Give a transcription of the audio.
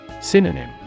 Synonym